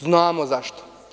Znamo zašto.